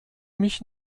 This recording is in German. mich